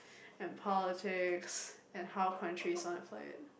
and politics and how countries wanna play it